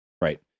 Right